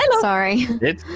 Sorry